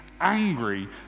angry